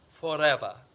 forever